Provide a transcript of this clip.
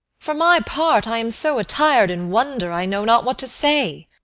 for my part, i am so attir'd in wonder, i know not what to say.